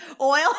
oil